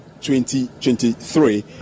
2023